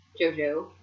Jojo